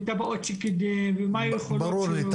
תב"עות שקידם ומה היכולות שלו --- ברור לי,